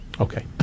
Okay